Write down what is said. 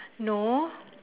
no